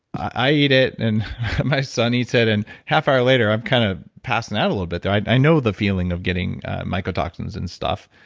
i eat it and my son eats it, and half hour later i'm kind of passing out a little bit there. i i know the feeling of getting mycotoxins and stuff.